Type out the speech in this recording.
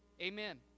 Amen